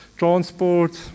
transport